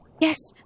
yes